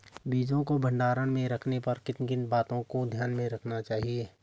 बीजों को भंडारण में रखने पर किन किन बातों को ध्यान में रखना चाहिए?